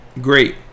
great